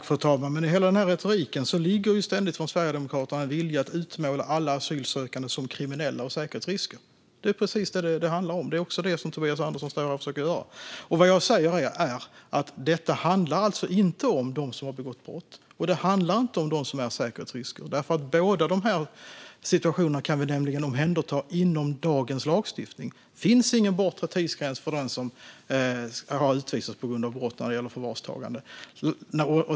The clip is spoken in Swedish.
Fru talman! I hela den här retoriken från Sverigedemokraterna ligger ständigt en vilja att utmåla alla asylsökande som kriminella och som säkerhetsrisker. Det är precis det som det handlar om, och det är också det som Tobias Andersson står här och försöker göra. Vad jag säger är att detta inte handlar om dem som har begått brott eller om dem som är säkerhetsrisker. Båda de situationerna kan vi nämligen omhänderta inom dagens lagstiftning. Det finns ingen bortre tidsgräns när det gäller förvarstagande av den som har utvisats på grund av brott.